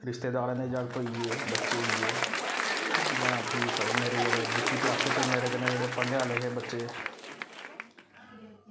रिश्तेदारें दे जागत होई गे बच्चे होई गे जां फिर मेरे जेह्ड़े निक्की क्लासें च मेरे कन्नै जेह्ड़े पढ़ने आह्ले हे बच्चे